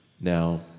Now